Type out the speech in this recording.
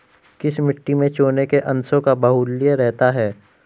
किस मिट्टी में चूने के अंशों का बाहुल्य रहता है?